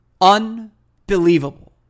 unbelievable